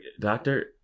doctor